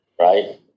right